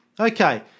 okay